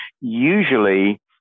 usually